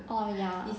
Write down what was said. oh ya